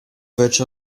welche